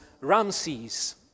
Ramses